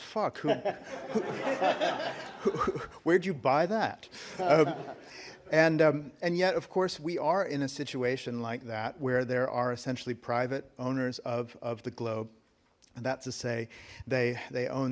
fuck where'd you buy that and and yet of course we are in a situation like that where there are essentially private owners of of the globe and that's to say they they own